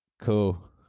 cool